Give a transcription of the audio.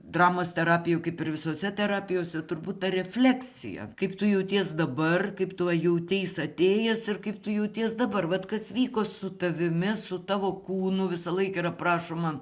dramos terapijoj kaip ir visose terapijose turbūt ta refleksija kaip tu jauties dabar kaip tu jauteis atėjęs ir kaip tu jauties dabar vat kas vyko su tavimi su tavo kūnu visą laiką yra prašoma